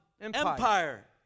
Empire